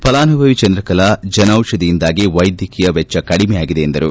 ಫಲಾನುಭವಿ ಚಂದ್ರಕಲಾ ಜನೌಷಧಿಯಿಂದಾಗಿ ವೈದ್ಯಕೀಯ ವೆಚ್ಚ ಕಡಿಮೆಯಾಗಿದೆ ಎಂದರು